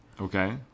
Okay